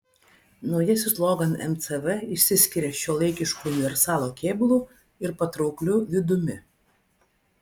naujasis logan mcv išsiskiria šiuolaikišku universalo kėbulu ir patraukliu vidumi